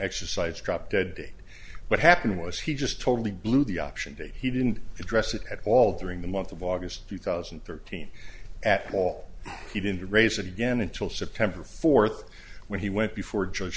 exercise drop dead date what happened was he just totally blew the option to he didn't address it at all during the month of august two thousand and thirteen at all he didn't raise it again until september fourth when he went before a judge